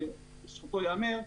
לזכותו יאמר,